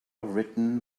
written